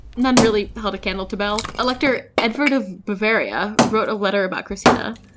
none really held a candle to belle. elector edvard of bavaria wrote a letter about kristina,